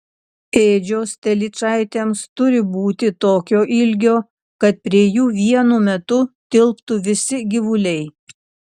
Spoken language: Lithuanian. ėdžios telyčaitėms turi būti tokio ilgio kad prie jų vienu metu tilptų visi gyvuliai